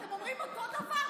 אתם אומרים אותו דבר,